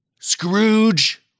Scrooge